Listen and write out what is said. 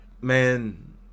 man